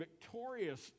victorious